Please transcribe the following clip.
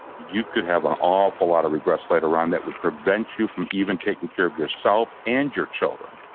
you could have an awful lot of regrets later on that would prevent you from even taking care of yourself and your children,